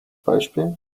beispiel